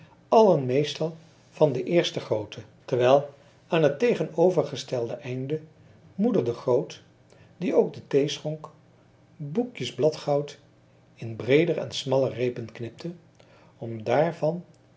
allen meestal van de eerste grootte terwijl aan het tegenovergestelde einde moeder de groot die ook de thee schonk boekjes bladgoud in breeder en smaller reepen knipte om daarvan